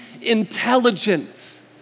intelligence